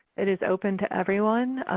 it is open to everyone.